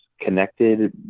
connected